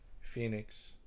Phoenix